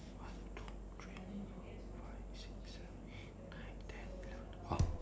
one two three four five six seven eight nine ten eleven twelve